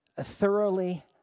thoroughly